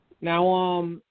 Now